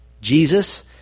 Jesus